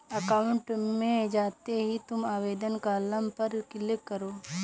account में जाते ही तुम आवेदन कॉलम पर क्लिक करो